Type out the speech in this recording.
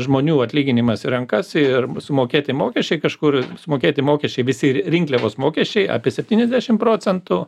žmonių atlyginimas į rankas ir sumokėti mokesčiai kažkur sumokėti mokesčiai visi ir rinkliavos mokesčiai apie septyniasdešim procentų